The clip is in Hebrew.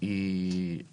לא